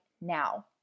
now